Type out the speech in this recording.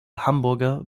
hamburger